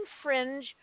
infringe